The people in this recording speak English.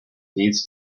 needs